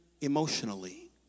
emotionally